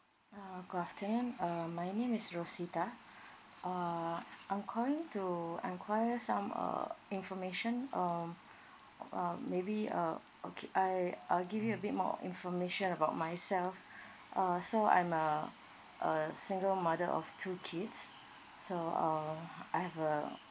err afternoon err my name is rosita err I'm calling to enquire some err information um uh maybe uh okay I I'll give you a bit more information about myself uh so I'm a a single mother of two kids so err I have a